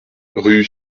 rue